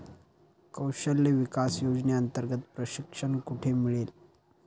कौशल्य विकास योजनेअंतर्गत प्रशिक्षण कुठे मिळेल?